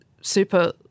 super